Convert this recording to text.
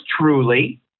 truly